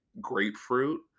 grapefruit